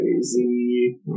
crazy